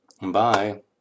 Bye